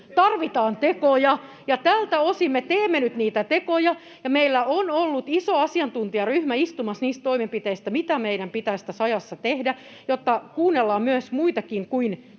Tarvitaan tekoja, ja tältä osin me teemme nyt niitä tekoja, ja meillä on ollut iso asiantuntijaryhmä istumassa niistä toimenpiteistä, mitä meidän pitäisi tässä ajassa tehdä, jotta kuunnellaan muitakin kuin täällä